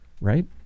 right